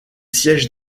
siège